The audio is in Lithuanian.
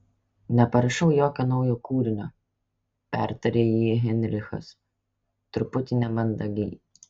neparašiau jokio naujo kūrinio pertarė jį heinrichas truputį nemandagiai